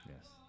Yes